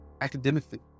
academically